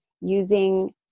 using